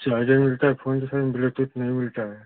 charger मिलता है phone के साथ ब्लूटूथ नहीं मिलता है